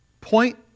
Point